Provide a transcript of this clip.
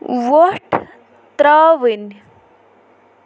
وۄٹھ ترٛاوٕنۍ